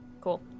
Cool